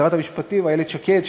לשרת המשפטים איילת שקד,